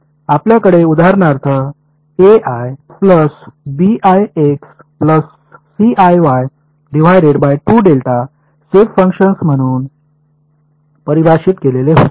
आपल्याकडे उदाहरणार्थ shape function म्हणून परिभाषित केलेले होते